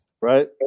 Right